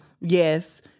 Yes